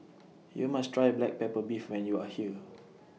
YOU must Try Black Pepper Beef when YOU Are here